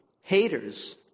haters